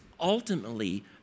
ultimately